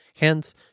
Hence